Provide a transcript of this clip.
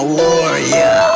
warrior